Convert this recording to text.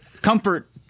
comfort